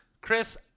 Chris